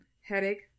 headache